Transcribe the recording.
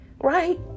right